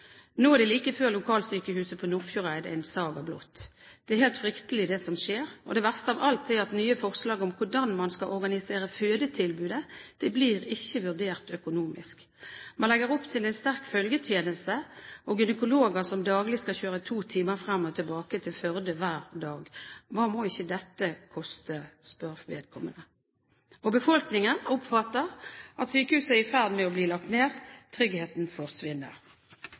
er det like før lokalsykehuset på Nordfjordeid er en saga blott. Det er helt fryktelig det som skjer, og det verste av alt er at nye forslag om hvordan man skal organisere fødetilbud ikke blir vurdert økonomisk. Man legger opp til en sterk følgetjeneste og gynekologer som daglig skal kjøre 2 timer frem og tilbake til Førde hver dag. Hva må ikke dette koste?» Befolkningen oppfatter at sykehuset er i ferd med å bli lagt ned, tryggheten forsvinner.